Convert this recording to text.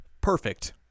perfect